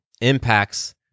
impacts